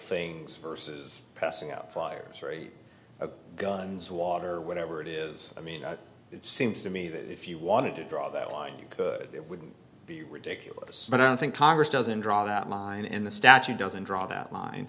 things purses passing out flyers free of guns water or whatever it is i mean it seems to me that if you wanted to draw that line you could it would be ridiculous but i don't think congress doesn't draw that line in the statute doesn't draw that line